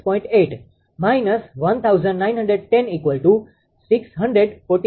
8 - 1910 646